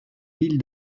ville